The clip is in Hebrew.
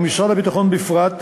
ומשרד הביטחון בפרט,